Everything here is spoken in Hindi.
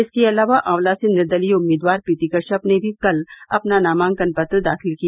इसके अलावा ऑवला से निर्दलीय उम्मीदवार प्रीती कश्यप ने भी कल अपना नामांकन पत्र दाखिल किया